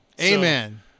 Amen